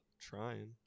Trying